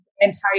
entire